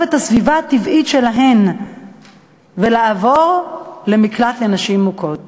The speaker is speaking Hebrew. את הסביבה הטבעית שלהן ולעבור למקלט לנשים מוכות.